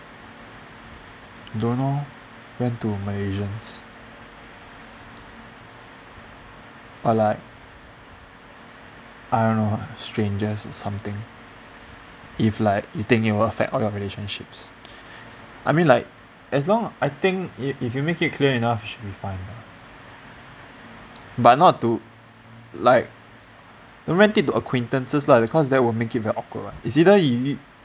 don't know rent to malaysians or like I don't know strangers or something if like you think it will effect all your relationships I mean like as long I think if if you make it clear enough it should be fine lah but not to like don't rent it to acquaintances lah because that will make it very awkward what is either you